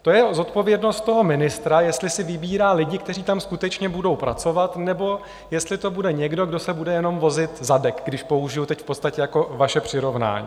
To je zodpovědnost ministra, jestli si vybírá lidi, kteří tam skutečně budou pracovat, nebo jestli to bude někdo, kdo si bude jenom vozit zadek, když použiju v podstatě vaše přirovnání.